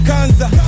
Kanza